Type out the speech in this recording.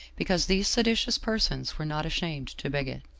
because these seditious persons were not ashamed to beg it.